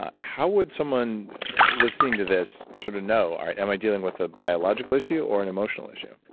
ah how would someone listening to this sort of know, all right, am i dealing with a biological issue or an emotional issue?